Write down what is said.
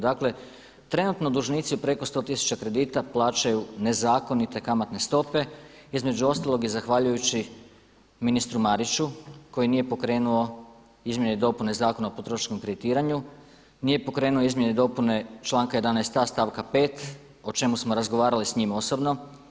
Dakle trenutno dužnici u preko 100 tisuća kredita plaćaju nezakonite kamatne stope između ostalog i zahvaljujući ministru Mariću koji nije pokrenuo izmjene i dopune Zakon o potrošačkom kreditiranju, nije pokrenuo izmjene i dopune članka 11.a stavka 5. o čemu smo razgovarali s njim osobno.